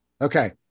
Okay